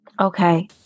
Okay